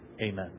Amen